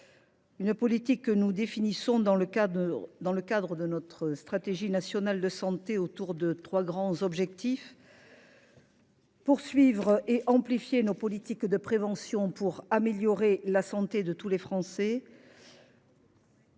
Cette politique, nous la définissons dans le cadre de notre stratégie nationale de santé par trois grands objectifs : poursuivre et amplifier nos politiques de prévention pour améliorer la santé de tous les Français